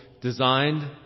designed